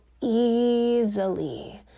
easily